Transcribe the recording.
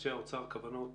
לאנשי האוצר כוונות